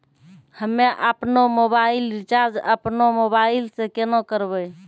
हम्मे आपनौ mobile recharge आपनौ मोबाइल से केना करवै?